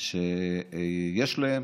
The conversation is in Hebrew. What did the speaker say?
שיש להם,